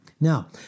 Now